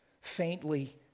faintly